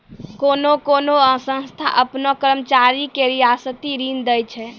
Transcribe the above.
कोन्हो कोन्हो संस्था आपनो कर्मचारी के रियायती ऋण दै छै